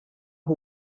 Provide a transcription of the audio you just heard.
who